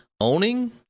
owning